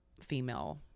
female